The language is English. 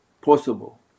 possible